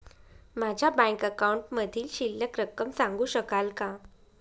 माझ्या बँक अकाउंटमधील शिल्लक रक्कम सांगू शकाल का?